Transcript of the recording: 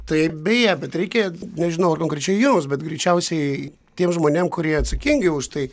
tai beje bet reikia nežinau ar konkrečiai jūs bet greičiausiai tiem žmonėm kurie atsakingi už tai